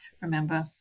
remember